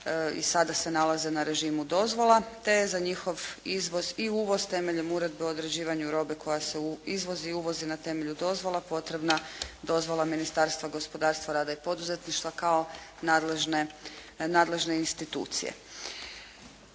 i sada se nalaze na režimu dozvola te je za njih izvoz i uvoz temeljem Uredbe o određivanju robe koja se izvozi i uvozi na temelju dozvola potrebna dozvola Ministarstva gospodarstva, rada i poduzetništva kao nadležne institucije.